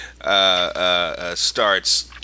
starts